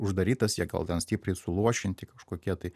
uždarytas jie gal ten stipriai suluošinti kažkokie tai